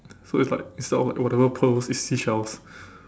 so it's like instead of like whatever pearls it's seashells